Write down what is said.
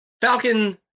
Falcon